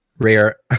Rare